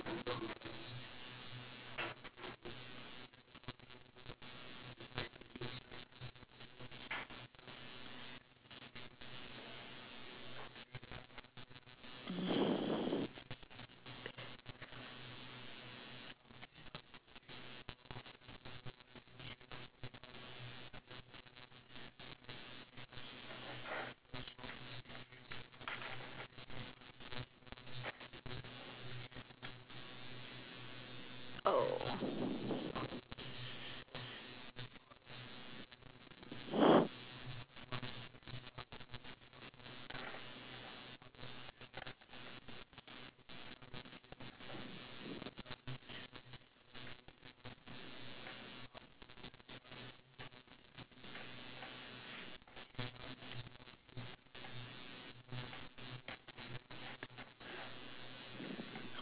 oh